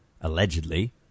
allegedly